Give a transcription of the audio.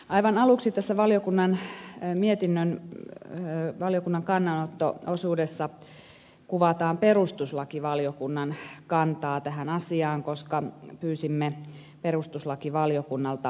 aivan aluksi tässä valiokunnan mietinnön kannanotto osuudessa kuvataan perustuslakivaliokunnan kantaa tähän asiaan koska pyysimme perustuslakivaliokunnalta lausunnon